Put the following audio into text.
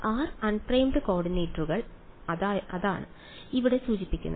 r unprimed കോർഡിനേറ്റുകൾ അതാണ് ഇവിടെ സൂചിപ്പിച്ചിരിക്കുന്നത്